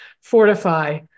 fortify